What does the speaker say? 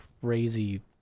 crazy